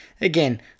Again